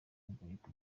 agahita